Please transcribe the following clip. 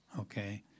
Okay